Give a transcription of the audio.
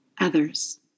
others